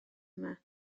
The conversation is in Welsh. yma